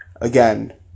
Again